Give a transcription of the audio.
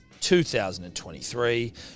2023